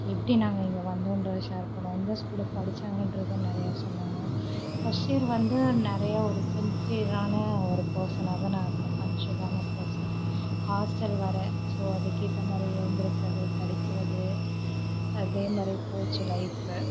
எப்படி நாங்கள் இங்கே வந்தோன்றதை ஷேர் பண்ணோம் எந்த ஸ்கூலில் படித்தாங்கன்றத நிறையா சொன்னாங்க ஃபஸ்ட் இயர் வந்து நிறையா ஒரு சின்சியரான ஒரு பர்சனாக தான் நான் இருந்தேன் பன்ச்சுவலான பர்சன் ஹாஸ்ட்டல் வேறே ஸோ அதுக்கேற்ற மாதிரி எழுந்திரிக்கிறது படிக்கிறது அதேமாதிரி போச்சு லைஃப்பு